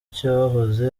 cyahoze